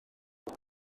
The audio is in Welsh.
maen